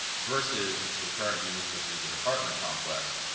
versus the current use, which is an apartment complex,